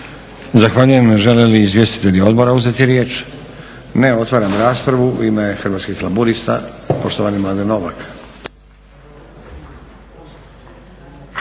Zahvaljujem. Žele li izvjestitelji odbora uzeti riječ? Ne. Otvaram raspravu. U ime Hrvatskih laburista poštovani Mladen Novak.